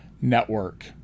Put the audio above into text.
network